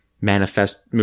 manifest